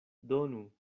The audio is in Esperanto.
donu